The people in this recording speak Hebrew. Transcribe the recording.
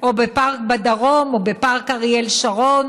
או בפארק בדרום או בפארק אריאל שרון,